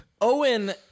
Owen